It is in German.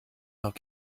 noch